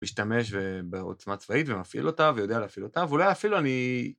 משתמש בעוצמה צבאית, ומפעיל אותה, ויודע להפעיל אותה, ואולי אפילו אני...